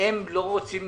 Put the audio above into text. שהם לא רוצים